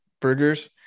burgers